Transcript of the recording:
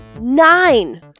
Nine